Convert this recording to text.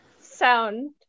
sound